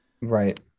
Right